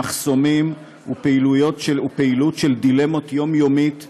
במחסומים ובפעילות של דילמות יומיומית,